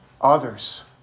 Others